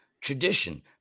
tradition